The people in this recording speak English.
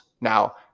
Now